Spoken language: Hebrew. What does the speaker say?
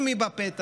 אם היא בפתח.